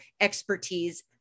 expertise